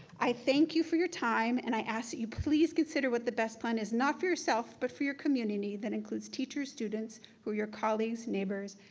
i thank you for your time, and i ask that you please consider what the best plan is. not for yourself, but for your community. that includes teachers, students, who're your colleagues, neighbors,